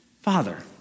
Father